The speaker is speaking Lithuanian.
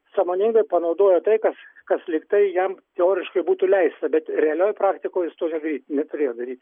sąmoningai panaudojo tai kas kas lygtai jam teoriškai būtų leista bet realiam praktikoj jis to realiai neturėjo daryt